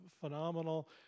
phenomenal